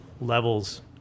levels